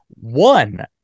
one